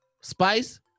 Spice